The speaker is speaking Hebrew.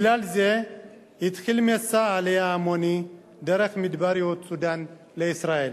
בגלל זה התחיל מסע עלייה המוני דרך מדבריות סודן לישראל.